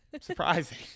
surprising